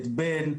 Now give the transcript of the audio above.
את בן,